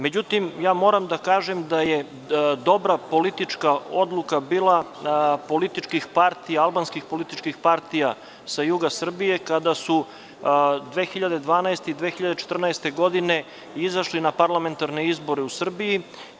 Međutim, moram da kažem da je dobra politička odluka bila albanskih političkih partija sa juga Srbije, kada su 2012. i 2014. godine izašli na parlamentarne izbore u Srbiji.